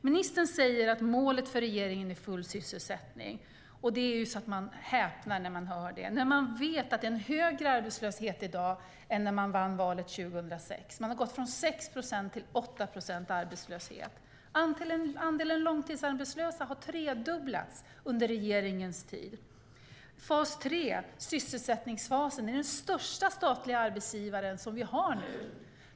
Ministern säger att målet för regeringen är full sysselsättning. Det är så att man häpnar. Vi vet att det är en högre arbetslöshet i dag än när de borgerliga vann valet 2006. Vi har gått från 6 procents arbetslöshet till 8 procents arbetslöshet. Andelen långtidsarbetslösa har tredubblats under den här regeringens tid. Fas 3, sysselsättningsfasen, är den största statliga arbetsgivare som vi har nu.